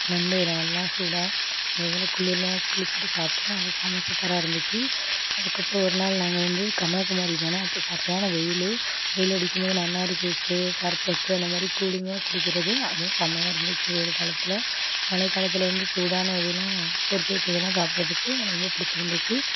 நண்டு இறாலெலாம் சூடாக அந்த இதில் குளுரில் குளிச்சுட்டு சாப்பிட்டோம் அது செமை சூப்பராக இருந்துச்சு அதுக்கப்புறம் ஒரு நாள் நாங்கள் வந்து கன்னியாகுமரி போனோம் அப்போ சரியான வெயில் வெயில் அடிக்கும் போது நன்னாரி ஜூஸு சர்பத்து அந்த மாதிரி கூலிங்காக குடிக்கிறது அதுவும் செம்மையாக இருந்துச்சு வெயில் காலத்தில் மழை காலத்தில் வந்து சூடான இதெலாம் பொரிச்சு வச்சதெலாம் சாப்பிடுறதுக்கு எனக்கு ரொம்ப பிடிச்சுருந்துச்சி